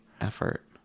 effort